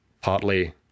partly